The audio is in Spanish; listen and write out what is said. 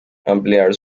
ampliar